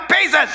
pieces